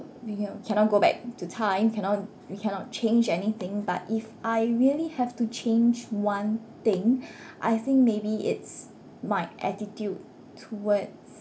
you cannot cannot go back to time cannot you cannot change anything but if I really have to change one thing I think maybe it's my attitude towards